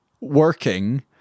working